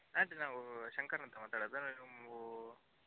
ಅದು ನಾವು ಶಂಕರಂತೆ ಮಾತಾಡೋದು ನೀವು